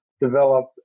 develop